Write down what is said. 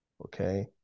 Okay